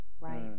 right